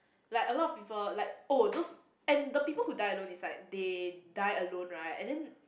like a lot of people like oh those and the people who die alone is like they die alone right and then